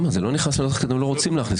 זה לא נכנס כי אתם לא רוצים להכניס.